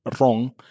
wrong